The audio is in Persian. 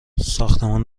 ساختمان